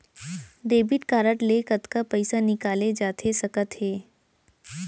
Debit card ले कतका पइसा निकाले जाथे सकत हे?